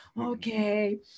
okay